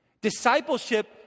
Discipleship